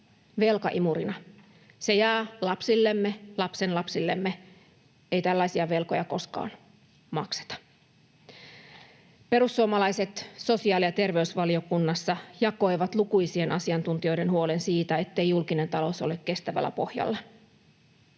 Se jää lapsillemme, lapsenlapsillemme — ei tällaisia velkoja koskaan makseta. Perussuomalaiset sosiaali- ja terveysvaliokunnassa jakoivat lukuisien asiantuntijoiden huolen siitä, ettei julkinen talous ole kestävällä pohjalla.